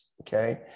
okay